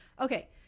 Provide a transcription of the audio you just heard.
Okay